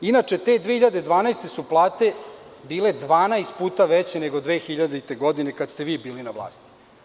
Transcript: Inače, te 2012. godine su plate bile 12 puta veće nego 2000-te godine kada ste vi bili na vlasti.